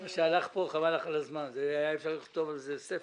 מה שהלך פה, היה אפשר לכתוב על זה ספר.